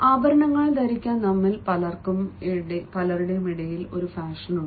ആഭരണങ്ങൾ ധരിക്കാൻ നമ്മിൽ പലർക്കും ഇടയിൽ ഒരു ഫാഷനുണ്ട്